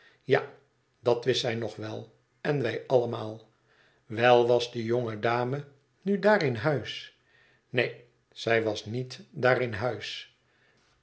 ja dat wist zij nog wel en wij allemaal wel was die jonge dame nu daar in huis neen zij was niet daar in huis